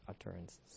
utterances